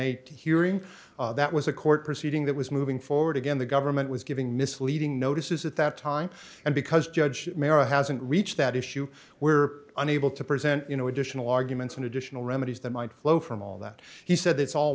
eight hearing that was a court proceeding that was moving forward again the government was giving misleading notices at that time and because judge merit hasn't reached that issue were unable to present you know additional arguments and additional remedies that might flow from all that he said it's all